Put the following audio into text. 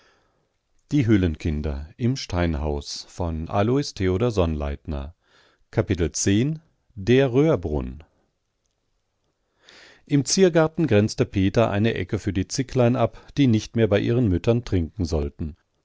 röhrbrunn im ziergarten grenzte peter eine ecke für die zicklein ab die nicht mehr bei ihren müttern trinken sollten